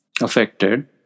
affected